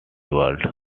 world